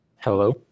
Hello